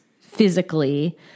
physically